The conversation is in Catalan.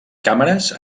càmeres